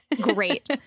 great